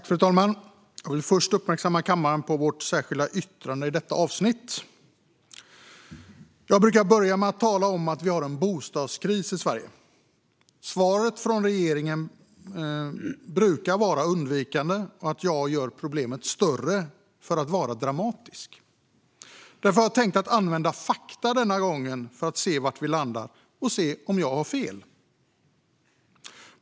Fru talman! Jag vill först uppmärksamma kammaren på vårt särskilda yttrande i detta avsnitt. Jag brukar börja med att tala om att vi har en bostadskris i Sverige. Svaret från regeringen brukar vara undvikande och gå ut på att jag gör problemet större för att vara dramatisk. Därför har jag tänkt använda fakta den här gången, för att se var vi landar - och för att se om jag har fel.